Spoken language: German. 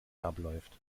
abläuft